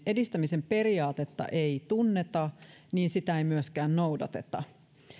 edistämisen periaatetta ei tunneta niin sitä ei myöskään noudateta